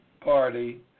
party